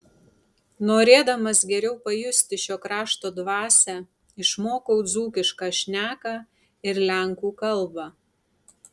norėdamas geriau pajusti šio krašto dvasią išmokau dzūkišką šneką ir lenkų kalbą